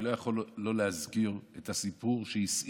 אני לא יכול שלא להזכיר את הסיפור שהסעיר